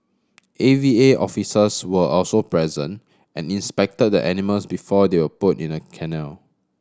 A V A officers were also present and inspected the animals before they were put in the kennel